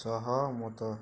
ସହମତ